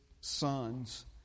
sons